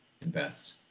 invest